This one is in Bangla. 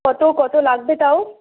কত কত লাগবে তাও